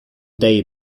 day